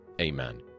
amen